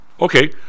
Okay